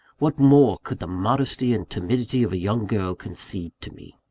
what more could the modesty and timidity of a young girl concede to me?